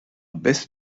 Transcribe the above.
best